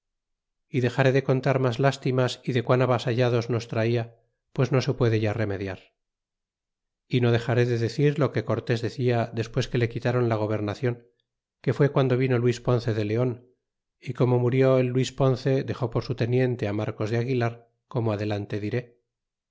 y dexaré de contar mas lastimas y de quan avasallados nos traía pues no se puede ya remediar y no dexaré de decir lo que cortés decia despues que le quitaron la gobernacion que fué guando vino luis ponce de leon y como murió el luis ponce dexó por su teniente marcos de aguilar como adelante diré